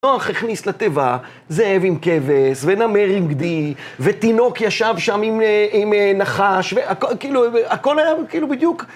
נוח הכניס לתיבה, זאב עם כבש, ונמר עם גדי, ותינוק ישב שם עם נחש, הכל היה כאילו בדיוק...